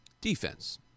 Defense